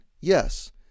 Yes